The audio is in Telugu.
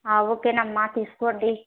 ఆ ఓకేనమ్మ తీసుకోండి